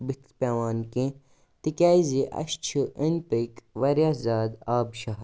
بُتھِ پٮ۪وان کیٚنٛہہ تِکیٛازِ اَسہِ چھِ أنٛدۍ پٔکھۍ واریاہ زیادٕ آب شَہَر